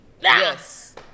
Yes